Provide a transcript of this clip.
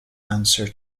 answer